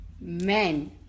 Men